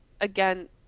again